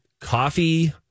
coffee